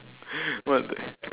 what the